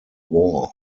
war